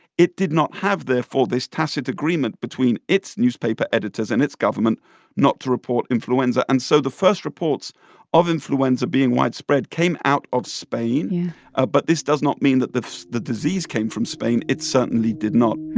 it did not have, therefore, this tacit agreement between its newspaper editors and its government not to report influenza. and so the first reports of influenza being widespread came out of spain yeah ah but this does not mean that the the disease came from spain. it certainly did not